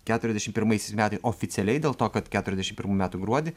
keturiasdešim pirmaisiais metais oficialiai dėl to kad keturiasdešim pirmų metų gruodį